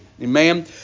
Amen